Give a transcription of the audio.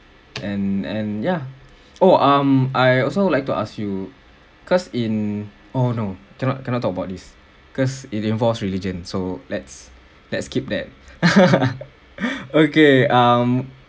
and and ya oh um I also would like to ask you cause in oh no cannot cannot talk about this because it involves religion so let's let's skip that okay um